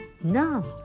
Now